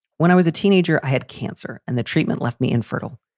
when i was a teenager, i had cancer and the treatment left me infertile.